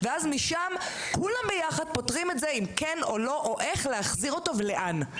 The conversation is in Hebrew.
ואז משם כולם ביחד פותרים את זה אם כן או לא או איך להחזיר אותו ולאן.